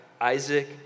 Isaac